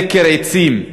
סקר עצים.